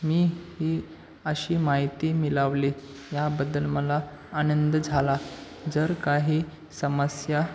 मी ही अशी माहिती मिळवली याबद्दल मला आनंद झाला जर काही समस्या